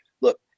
Look